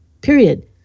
period